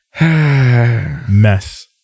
Mess